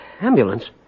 Ambulance